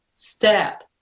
step